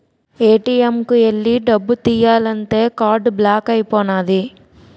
ATM కు ఎల్లి డబ్బు తియ్యాలంతే కార్డు బ్లాక్ అయిపోనాది